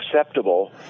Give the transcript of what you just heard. acceptable